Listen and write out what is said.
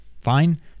fine